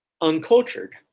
uncultured